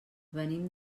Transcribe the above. venim